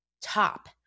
top